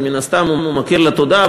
אז מן הסתם הוא מכיר לה תודה,